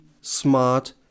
smart